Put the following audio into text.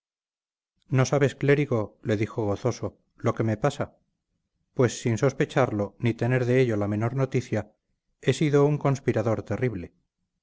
no sabes clérigo le dijo gozoso lo que me pasa pues sin sospecharlo ni tener de ello la menor noticia he sido un conspirador terrible